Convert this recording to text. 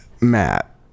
Matt